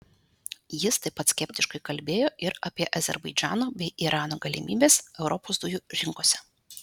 jis taip pat skeptiškai kalbėjo ir apie azerbaidžano bei irano galimybes europos dujų rinkose